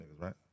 right